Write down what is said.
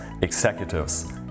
executives